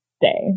day